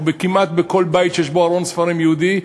או כמעט בכל בית שיש בו ארון ספרים יהודי,